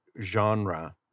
genre